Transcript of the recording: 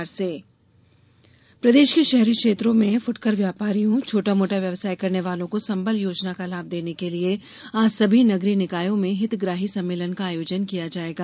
संबल योजना प्रदेश के शहरी क्षेत्रों में फुटकर व्यापारियों छोटा मोटा व्यवसाय करने वालों को संबल योजना का लाभ देने के लिए आज सभी नगरीय निकायों में हितग्राही सम्मेलन का आयोजन किया जायेगा